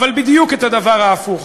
אבל בדיוק את הדבר ההפוך: